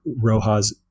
Rojas